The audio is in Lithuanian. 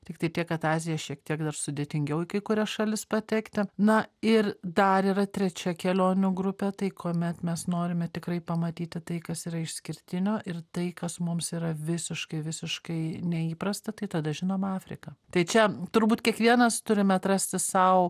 tiktai tiek kad azija šiek tiek dar sudėtingiau į kai kurias šalis patekti na ir dar yra trečia kelionių grupė tai kuomet mes norime tikrai pamatyti tai kas yra išskirtinio ir tai kas mums yra visiškai visiškai neįprasta tai tada žinoma afrika tai čia turbūt kiekvienas turime atrasti sau